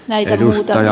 näitä muutamia